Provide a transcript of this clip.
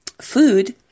food